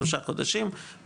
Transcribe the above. שלושה חודשים,